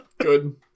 good